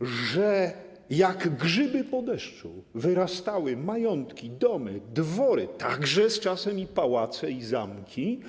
że jak grzyby po deszczu wyrastały majątki, domy, dwory, także z czasem pałace i zamki.